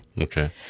Okay